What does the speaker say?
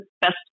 best